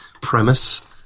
Premise